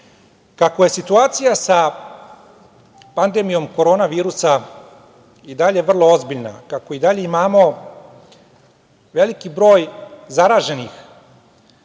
je situacija sa pandemijom koronavirusa i dalje vrlo ozbiljna, kako i dalje imamo veliki broj zaraženih,